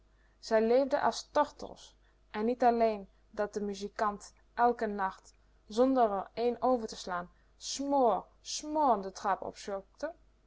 zij leefden as tortels en niet alleen dat de muzikant elken nacht zonder r een over te slaan smr smr de trap